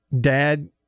dad